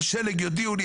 על שלג יודיעו לי,